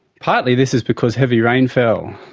partly, this is because heavy rain fell.